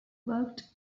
worked